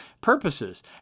purposes